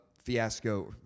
Fiasco